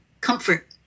comfort